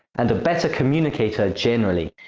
and a better communicator generally.